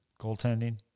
Goaltending